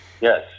Yes